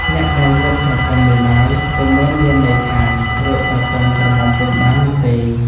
អ្នកដែលយកប្រពន្ធមេម៉ាយ ពុំមែនមានន័យថា រកប្រពន្ធក្រមុំពុំបាននោះទេ ។